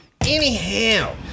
anyhow